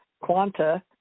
quanta